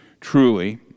truly